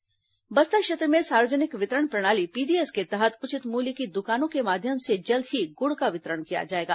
PDS गुड़ वितरण बस्तर क्षेत्र में सार्वजनिक वितरण प्रणाली पीडीएस के तहत उचित मूल्य की दुकानों के माध्यम से जल्द ही गुड़ का वितरण किया जाएगा